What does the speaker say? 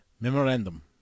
Memorandum